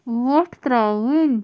وۄٹھ ترٛاوٕنۍ